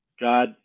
God